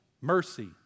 mercy